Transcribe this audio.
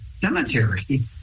cemetery